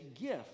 gift